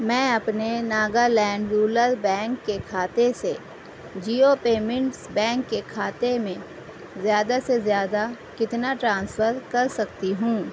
میں اپنے Nagaland rural bank کے خاتے سے جیو پیمنٹس بینک کے خاتے میں زیادہ سے زیادہ کتنا ٹرانسفر کر سکتی ہوں